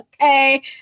Okay